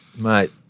mate